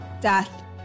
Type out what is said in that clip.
death